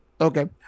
Okay